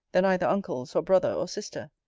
than either uncles or brother or sister.